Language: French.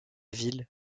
ville